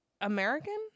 American